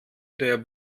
der